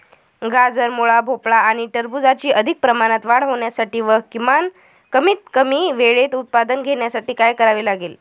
गाजर, मुळा, भोपळा आणि टरबूजाची अधिक प्रमाणात वाढ होण्यासाठी व कमीत कमी वेळेत उत्पादन घेण्यासाठी काय करावे लागेल?